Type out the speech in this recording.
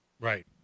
Right